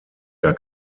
gar